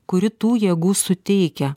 kuri tų jėgų suteikia